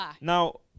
Now